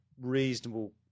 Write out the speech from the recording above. reasonable